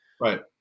Right